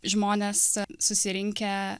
žmonės susirinkę